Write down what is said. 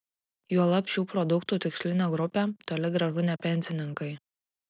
juolab šių produktų tikslinė grupė toli gražu ne pensininkai